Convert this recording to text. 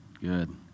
Good